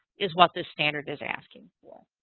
is what this standard is asking for.